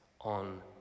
on